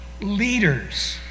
leaders